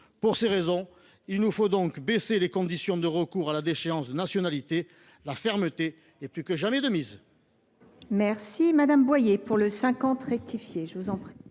Pour ces raisons, il nous faut élargir les conditions de recours à la déchéance de nationalité ; la fermeté est plus que jamais de mise